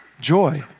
joy